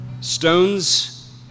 Stones